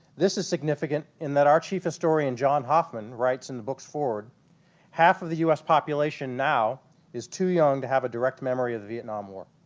this is significant in that our chief historian john hoffman writes in the book's forward half of the us population now is too young to have a direct memory of the vietnam war